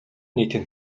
нийтийн